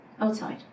outside